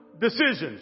decisions